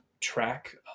track